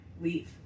leave